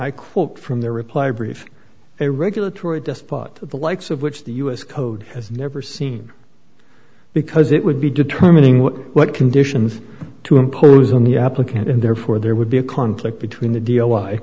quote from their reply brief a regulatory just thought the likes of which the us code has never seen because it would be determining what what conditions to impose on the applicant and therefore there would be a conflict between the deal why